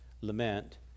lament